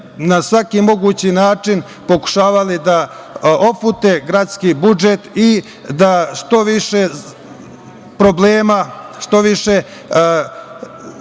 na svaki mogući način pokušavali da ofute gradski budžet i da što više problema, što više